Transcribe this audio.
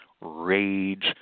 rage